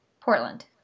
Portland